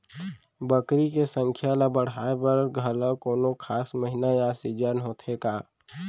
बकरी के संख्या ला बढ़ाए बर घलव कोनो खास महीना या सीजन होथे का?